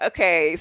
Okay